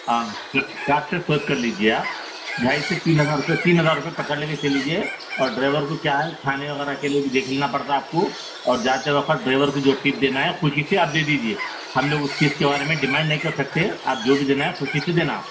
ہاں پھر کاڈ سے سویپ کر لیجیے آپ ڈھائی سے تین ہزار روپئے تین ہزار روپئے پکڑ لے کے لیجیے اور ڈریور کو کیا ہے کھانے وغیرہ کے لیے بھی دیکھنا پڑتا آپ کو اور جاتے وقت ڈریور کو جو ٹپ دینا ہے خوشی سے آپ دے دیجیے ہم لوگ اس چیز کے بارے میں ڈیمانڈ نہیں کر سکتے آپ جو بھی دینا ہے خوشی سے دینا آپ